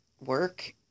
work